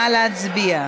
נא להצביע.